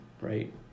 right